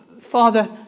Father